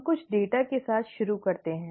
हम कुछ डेटा के साथ शुरू करते हैं